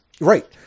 right